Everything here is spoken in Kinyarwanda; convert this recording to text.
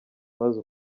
maze